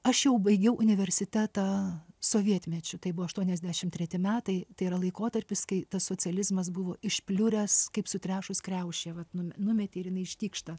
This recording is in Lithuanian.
aš jau baigiau universitetą sovietmečiu tai buvo aštuoniasdešim treti metai tai yra laikotarpis kai tas socializmas buvo išpliuręs kaip sutrešus kriaušė vat nu numetei ir jinai ištykšta